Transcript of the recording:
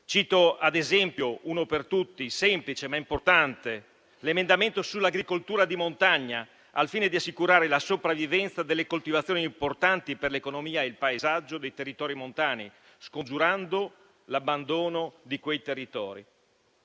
Cito, ad esempio, uno per tutti, semplice ma importante, l'emendamento sull'agricoltura di montagna, al fine di assicurare la sopravvivenza delle coltivazioni importanti per l'economia e il paesaggio dei territori montani, scongiurandone l'abbandono. Vorrei citare